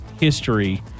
history